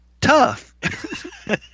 Tough